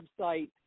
website